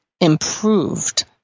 improved